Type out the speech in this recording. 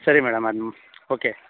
ಸರಿ madam okay